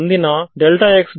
ಆಗ ಹೊರಗಡೆಯ ರೀಜನ್ ಯಾವುದು